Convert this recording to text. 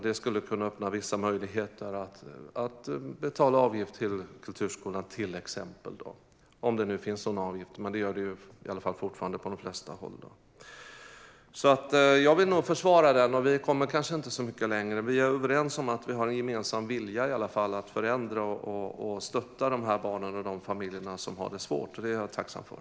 Det skulle öppna vissa möjligheter, till exempel att betala avgift till kulturskolan - om det nu finns någon avgift, men det gör det ju fortfarande på de flesta håll. Jag vill alltså försvara den. Vi kommer kanske inte så mycket längre. Vi är i alla fall överens om att vi har en gemensam vilja att förändra för att stötta de barn och familjer som har det svårt. Det är jag tacksam för.